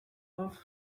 love